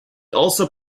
also